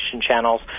channels